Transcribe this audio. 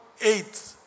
eight